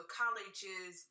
colleges